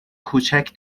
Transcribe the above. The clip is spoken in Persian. کوچیک